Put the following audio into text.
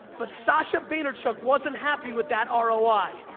but sasha vaynerchuk wasn't happy with that um roi.